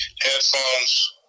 headphones